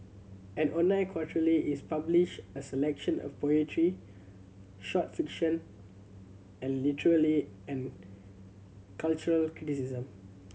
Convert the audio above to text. an online is publish a selection of poetry short fiction and and cultural criticism